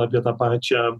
apie tą pačią